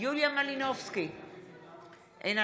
יוליה מלינובסקי קונין,